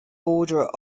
border